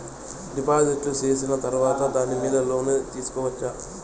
డిపాజిట్లు సేసిన తర్వాత దాని మీద లోను తీసుకోవచ్చా?